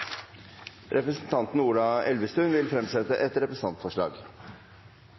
Representanten Ola Elvestuen vil fremsette et representantforslag.